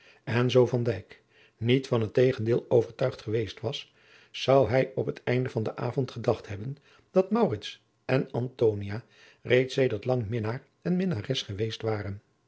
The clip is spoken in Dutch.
zoo van dijk niet van het tegendeel overtuigd geweest was zou hij op het einde van den avond gedacht hebben dat maurits en antonia reeds sedert lang minnaar en minnares geweest waren